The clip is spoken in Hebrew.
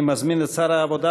אני מזמין את שר העבודה,